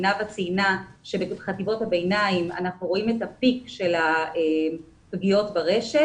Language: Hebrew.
נאוה ציינה שבחטיבות הביניים אנחנו רואים את ה-פיק של הפגיעות ברשת.